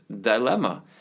dilemma